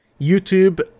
YouTube